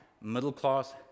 middle-class